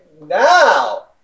Now